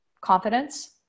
confidence